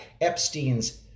Epstein's